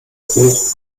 hoch